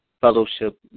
fellowship